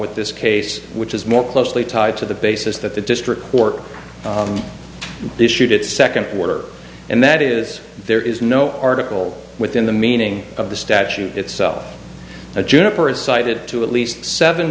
with this case which is more closely tied to the basis that the district court issued its second order and that is there is no article within the meaning of the statute itself a juniper is cited to at least seven